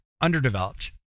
underdeveloped